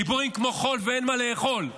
דיבורים כמו חול ואין מה לאכול.